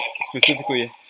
Specifically